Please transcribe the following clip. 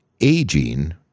aging